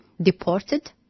deported